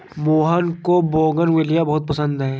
मोहन को बोगनवेलिया बहुत पसंद है